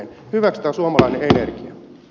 hyväksytään suomalainen energia